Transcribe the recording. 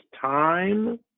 time